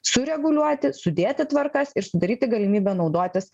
sureguliuoti sudėti tvarkas ir sudaryti galimybę naudotis